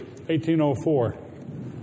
1804